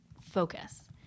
focus